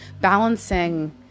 balancing